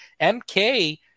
MK